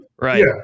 right